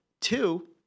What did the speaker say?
Two